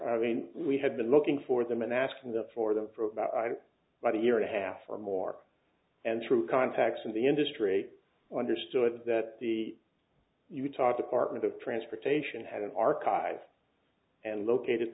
i mean we have been looking for them and asking the for them for about but a year and a half or more and through contacts in the industry understood that the utah department of transportation had an archive and located